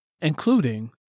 including